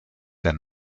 der